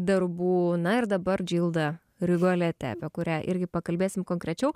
darbų na ir dabar džilda rigolete apie kurią irgi pakalbėsim konkrečiau